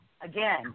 Again